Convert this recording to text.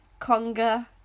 Conga